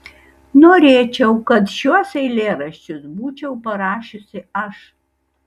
norėčiau kad šiuos eilėraščius būčiau parašiusi aš